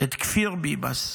את כפיר ביבס,